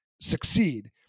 succeed